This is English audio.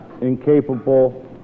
incapable